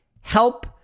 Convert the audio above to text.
help